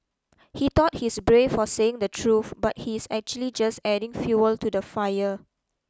he thought he's brave for saying the truth but he's actually just adding fuel to the fire